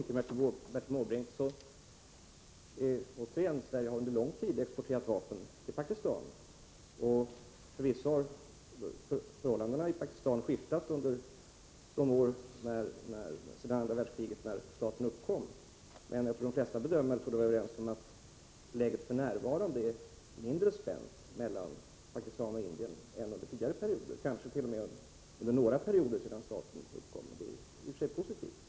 Herr talman! Till Bertil Måbrink vill jag återigen säga att vi under lång tid har exporterat vapen till Pakistan. Förvisso har förhållandena i Pakistan skiftat under de år som gått sedan tiden efter andra världskriget när den staten tillkom. Men jag tror att de flesta bedömare är överens om att läget Prot. 1985/86:101 mellan Pakistan och Indien för närvarande är mindre spänt än under tidigare 20 mars 1986 perioder, kanske t.o.m. än under någon period sedan staten kom till stånd, och det är i och för sig positivt.